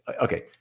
okay